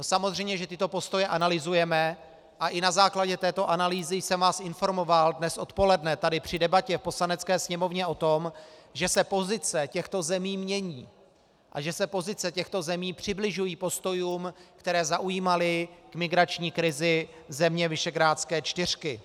Samozřejmě že tyto postoje analyzujeme a i na základě této analýzy jsem vás informoval dnes odpoledne tady při debatě v Poslanecké sněmovně o tom, že se pozice těchto zemí mění a že se přibližují postojům, které zaujímaly v migrační krizi země Visegrádské čtyřky.